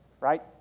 right